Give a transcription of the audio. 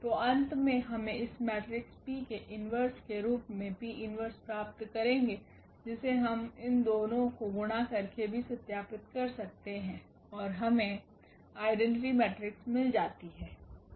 तो अंत में हमे इस मेट्रिक्स P के इन्वर्स के रूप मे P 1 प्राप्त करेंगे जिसे हम इन दोनों को गुणा करके भी सत्यापित कर सकते हैं और हमें आइडेंटिटी मेट्रिक्स मिल जाती है